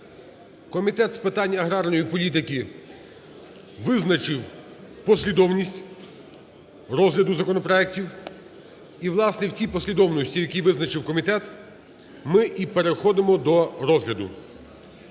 Комітет з питань аграрної політики визначив послідовність розгляду законопроектів і, власне, в тій послідовності, в якій визначив комітет, ми і переходимо до розгляду.